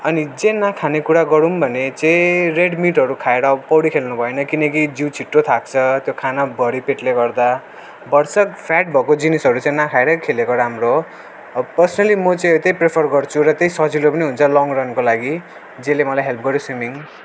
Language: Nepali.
अनि जे नखाने कुरा गरौँ भने चाहिँ रेड मिटहरू खाएर पौडी खेल्नुभएन किनकि जिउ छिट्टो थाक्छ त्यो खाना भरी पेटले गर्दा भरसक फ्याट भएको जिनिसहरू चाहिँ नखाएरै खेलेको राम्रो हो अब पर्सनली म चाहिँ त्यही प्रिफर गर्छु र त्यही सजिलो पनि हुन्छ लङ्ग रनको लागि जसले मलाई हेल्प गरोस् स्विमिङ